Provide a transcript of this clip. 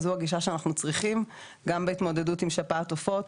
זו הגישה שאנחנו צריכים בהתמודדות עם שפעת עופות